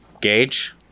Gage